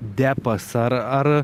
depas ar ar